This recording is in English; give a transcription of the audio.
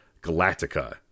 Galactica